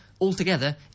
altogether